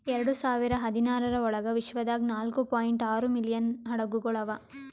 ಎರಡು ಸಾವಿರ ಹದಿನಾರರ ಒಳಗ್ ವಿಶ್ವದಾಗ್ ನಾಲ್ಕೂ ಪಾಯಿಂಟ್ ಆರೂ ಮಿಲಿಯನ್ ಹಡಗುಗೊಳ್ ಅವಾ